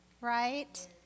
right